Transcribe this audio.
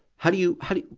how do you, how do,